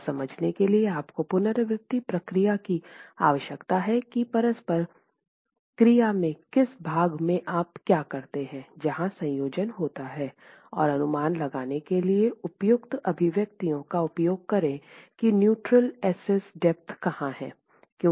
यह समझने के लिए आपको पुनरावृत्ति प्रक्रिया की आवश्यकता है कि परस्पर क्रिया के किस भाग में आप क्या करते हैं जहां संयोजन होता है और अनुमान लगाने के लिए उपयुक्त अभिव्यक्तियों का उपयोग करें कि न्यूट्रल एक्सेस डेप्थ कहाँ है